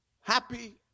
Happy